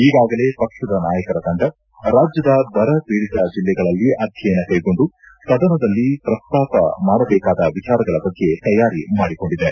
ಈಗಾಗಲೇ ಪಕ್ಷದ ನಾಯಕರ ತಂಡ ರಾಜ್ಯದ ಬರ ಪೀಡಿತ ಜಿಲ್ಲೆಗಳಲ್ಲಿ ಅಧ್ಯಯನ ಕೈಗೊಂಡು ಸದನದಲ್ಲಿ ಪ್ರಸ್ತಾಪ ಮಾಡಬೇಕಾದ ವಿಚಾರಗಳ ಬಗ್ಗೆ ತಯಾರಿ ಮಾಡಿಕೊಂಡಿದೆ